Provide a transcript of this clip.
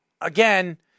again